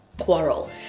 Quarrel